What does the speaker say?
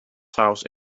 house